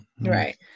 Right